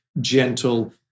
gentle